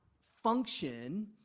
function